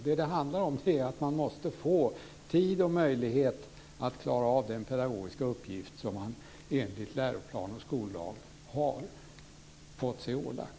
Det handlar om att man måste få tid och möjlighet att klara av den pedagogiska uppgift som man enligt läroplan och skollag har fått sig ålagd.